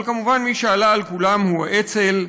אבל כמובן מי שעלה על כולם הוא האצ"ל,